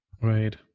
right